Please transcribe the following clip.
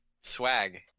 swag